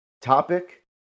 topic